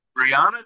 Brianna